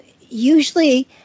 usually